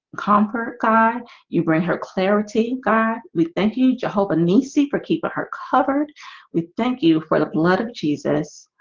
conquer god you bring her clarity god. we thank you jehovah nissi for keeping her covered we thank you for the blood of jesus.